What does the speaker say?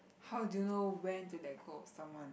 how do you know when to let go of someone